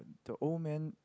the old man